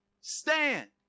stand